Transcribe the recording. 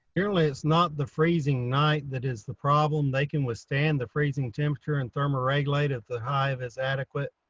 clearly, it's not the freezing night that is the problem. they can withstand the freezing temperature and thermal regulate at the hive is adequate.